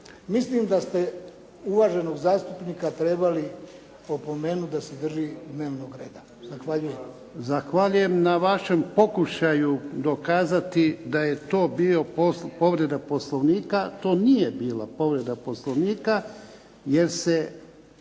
Mislim da ste uvaženog zastupnika trebali opomenuti da se drži dnevnog reda. Zahvaljujem.